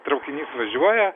traukinys važiuoja